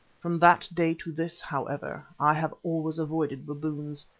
from that day to this, however, i have always avoided baboons,